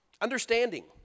Understanding